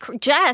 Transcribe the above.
Jess